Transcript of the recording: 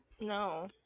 no